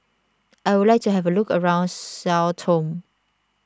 I would like to have a look around Sao Tome